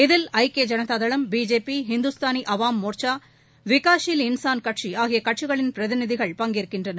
இதில் ஐக்கிய ஜனதாதளம் பிஜேபி இந்துஸ்தானி அவாம் மோர்ச்சா விகாஷீல் இன்சான் கட்சி ஆகிய கட்சிகளின் பிரதிநிதிகள் பங்கேற்கின்றனர்